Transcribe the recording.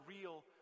real